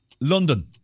London